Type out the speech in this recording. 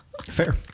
Fair